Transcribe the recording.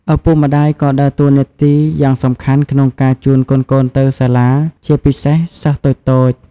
ឪពុកម្តាយក៏ដើរតួនាទីយ៉ាងសំខាន់ក្នុងការជូនកូនៗទៅសាលា ជាពិសេសសិស្សតូចៗ។